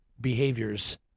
behaviors